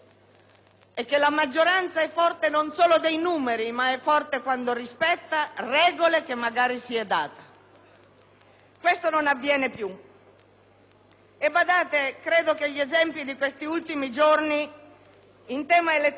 Questo non avviene più e, badate, credo che gli esempi di questi ultimi giorni, in tema elettorale e non solo, dovrebbero preoccupare molti, perché la politica è quella cosa fragile in cui la ruota gira.